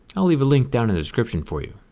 i'll leave a link down in the description for you.